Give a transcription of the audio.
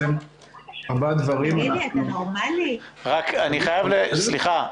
אני חייב להבין: